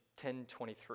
1023